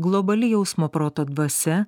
globali jausmo proto dvasia